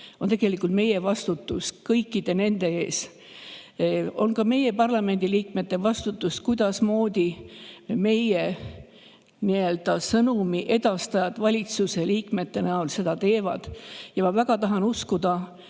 [väljendab] meie vastutust kõikide nende ees. On ka meie parlamendiliikmete vastutus, kuidas meie sõnumi edastajad valitsuse liikmete näol seda teevad. Ma väga tahan uskuda,